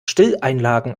stilleinlagen